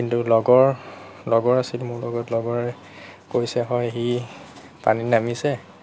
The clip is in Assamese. কিন্তু লগৰ লগৰ আছিল মোৰ লগত লগৰে কৈছে হয় সি পানীত নামিছে